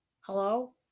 Hello